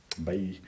Bye